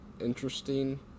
interesting